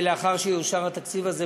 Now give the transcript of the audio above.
לאחר שיאושר התקציב הזה,